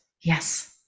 Yes